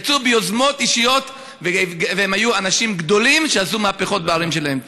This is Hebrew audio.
שיצאו ביוזמות אישיות והם היום אנשים גדולים שעשו מהפכות בערים שלהם.